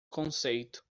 conceito